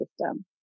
system